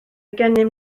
gennym